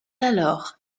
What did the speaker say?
alors